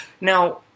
Now